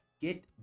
Get